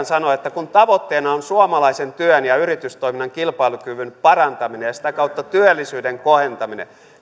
sanoa että kun tavoitteena on suomalaisen työn ja yritystoiminnan kilpailukyvyn parantaminen ja sitä kautta työllisyyden kohentaminen